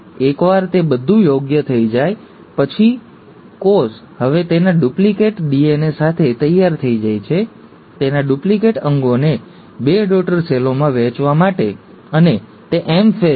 એકવાર તે બધું યોગ્ય થઈ જાય પછી કોષ હવે તેના ડુપ્લિકેટ ડીએનએ સાથે તૈયાર થઈ જાય છે તેના ડુપ્લિકેટ અંગોને બે ડૉટર સેલોમાં વહેંચવા માટે અને તે એમ ફેઝ છે